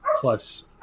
plus